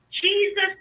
Jesus